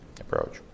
Approach